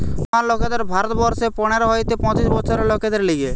জোয়ান লোকদের ভারত বর্ষে পনের হইতে পঁচিশ বছরের লোকদের লিগে